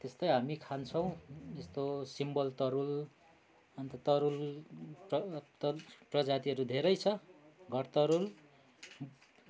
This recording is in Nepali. त्यस्तै हामी खान्छौँ जस्तो सिम्बल तरुल अन्त तरुल तरुल प्रजातिहरू धेरै छ घर तरुल